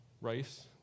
rice